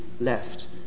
left